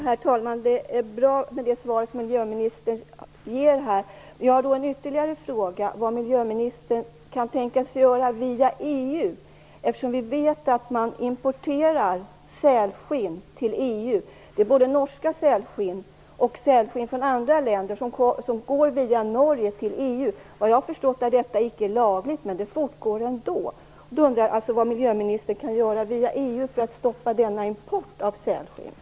Herr talman! Jag är nöjd med det svar som miljöministern ger. Jag har ytterligare en fråga. Vad kan miljöministern göra via EU? Vi vet ju att man importerar sälskinn till EU. Det är både norska sälskinn och sälskinn från andra länder som går till EU via Norge. Såvitt jag förstår är detta inte lagligt, men det fortgår ändå.